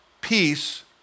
peace